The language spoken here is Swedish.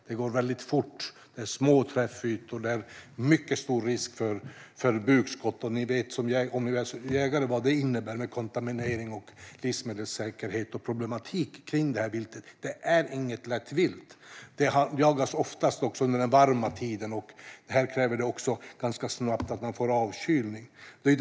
Det går väldigt fort, det är små träffytor och det är mycket stor risk för bukskott. Om ni är jägare vet ni vad det innebär med kontaminering, livsmedelssäkerhet och problematik kring det här viltet. Det är inget lätt vilt. Vildsvin jagas också oftast under den varma årstiden, och det kräver att man får avkylning ganska snabbt.